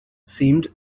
seemed